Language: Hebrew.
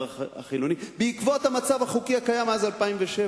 החילוני בעקבות המצב החוקי הקיים מאז 2007,